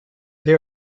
they